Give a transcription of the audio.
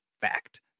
fact